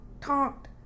talked